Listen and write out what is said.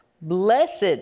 Blessed